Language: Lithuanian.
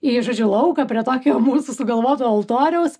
į žodžiu lauką prie tokio mūsų sugalvoto altoriaus